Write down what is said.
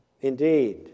Indeed